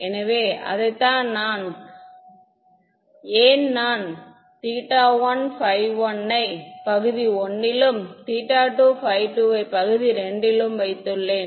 எனவே அதனால்தான் ஏன் நான் θ1 ϕ1 ஐ பகுதி I லும் θ2 ϕ2 ஐ பகுதி II லும் வைத்துள்ளேன்